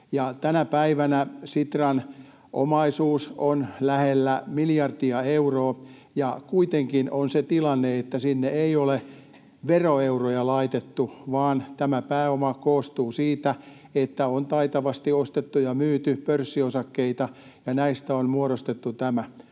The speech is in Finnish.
Tänä päivänä Sitran omaisuus on lähellä miljardia euroa, ja kuitenkin on se tilanne, että sinne ei ole veroeuroja laitettu, vaan tämä pääoma koostuu siitä, että on taitavasti ostettu ja myyty pörssiosakkeita ja näistä on muodostettu tämä.